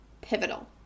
pivotal